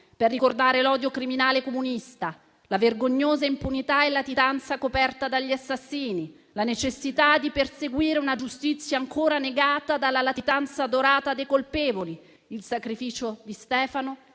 per ricordare l'odio criminale comunista, la vergognosa impunità e latitanza coperta degli assassini, la necessità di perseguire una giustizia ancora negata dalla latitanza dorata dei colpevoli e il sacrificio di Stefano